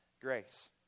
grace